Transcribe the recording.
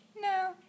No